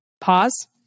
Pause